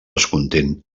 descontents